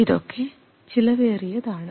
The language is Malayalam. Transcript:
ഇതൊക്കെ ചിലവേറിയതാണ്